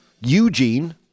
Eugene